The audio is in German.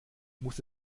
muss